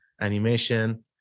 animation